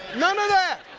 none of that.